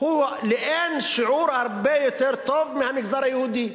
הוא לאין שיעור יותר טוב מבמגזר היהודי.